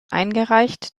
eingereicht